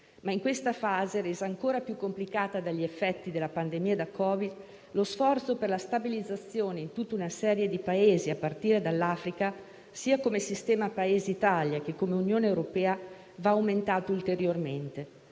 In questa fase, però, resa ancora più complicata dagli effetti della pandemia da Covid-19, lo sforzo per la stabilizzazione in tutta una serie di Paesi, a partire dall'Africa, sia come sistema Paese Italia sia come Unione europea, va aumentato ulteriormente.